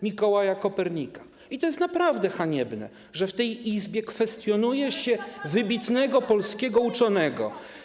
Mikołaja Kopernika i to jest naprawdę haniebne, że w tej Izbie kwestionuje się wybitnego polskiego uczonego.